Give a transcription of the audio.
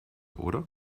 oder